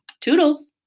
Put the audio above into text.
Toodles